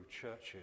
churches